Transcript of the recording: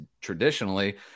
traditionally